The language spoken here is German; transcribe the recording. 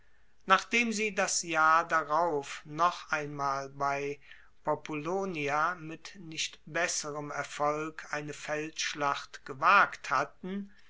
nachdem sie das jahr darauf noch einmal bei populonia mit nicht besserem erfolg eine feldschlacht gewagt hatten